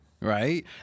right